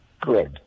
Good